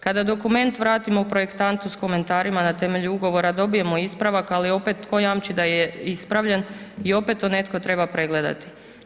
Kada dokument vratimo projektantu s komentarima na temelju ugovora, dobijemo ispravak, ali opet, tko jamči da je ispravljen i opet to netko treba pregledati.